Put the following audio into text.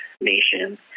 nation